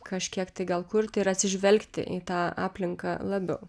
kažkiek tai gal kurti ir atsižvelgti į tą aplinką labiau